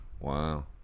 Wow